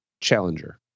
Challenger